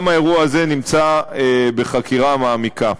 גם האירוע הזה נמצא בחקירה מעמיקה.